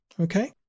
Okay